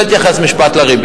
חבר הכנסת אדרי,